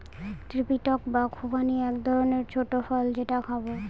apricot বা খুবানি এক রকমের ছোট্ট ফল যেটা খাবো